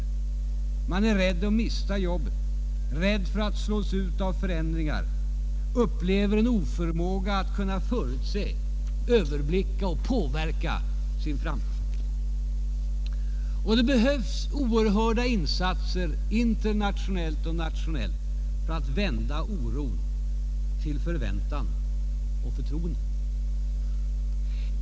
Människorna är rädda för att mista jobbet, rädda för att slås ut av förändringar och de upplever en oförmåga att förutse, överblicka och påverka sin framtid. Det behövs oerhörda insatser, både internationellt och nationellt, för att vända oron till förväntan och förtroende.